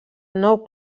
nou